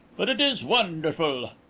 but it is wonderful.